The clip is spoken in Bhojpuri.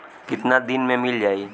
कितना दिन में मील जाई?